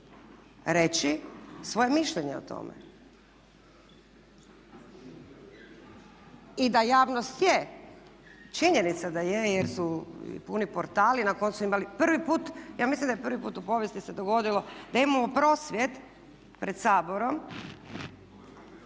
reći svoje mišljenje o tome. I da javnost je, činjenica da je jer su puni portali, na koncu ja mislim da je prvi put u povijesti se dogodilo da imamo prosvjed pred Saborom